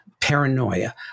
paranoia